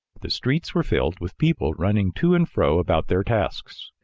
the streets were filled with people running to and fro about their tasks.